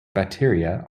bacteria